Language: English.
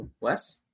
Wes